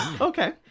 okay